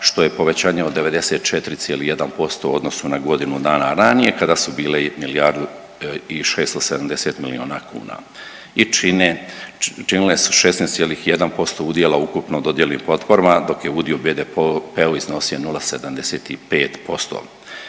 što je povećanje od 94,1% u odnosu na godinu dana ranije kada su bile milijardu i 670 milijuna kuna i čine, činile su 16,1% udjela ukupno dodijeljenim potporama, dok je udio po BDP-u iznosio 0,75%.